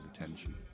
attention